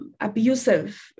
Abusive